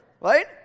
right